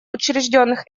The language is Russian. учрежденных